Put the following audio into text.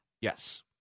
Yes